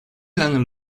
lange